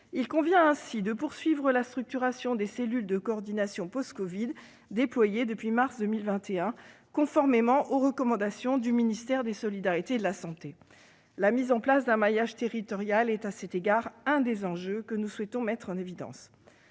Il convient ainsi de poursuivre la structuration des cellules de coordination post-covid déployées depuis mars 2021, conformément aux recommandations du ministère des solidarités et de la santé. La mise en place d'un maillage territorial est, à cet égard, l'un des enjeux sur lesquels nous souhaitons insister.